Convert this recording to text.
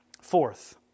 Fourth